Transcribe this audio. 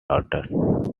daughter